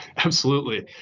absolutely.